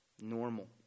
normal